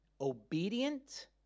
obedient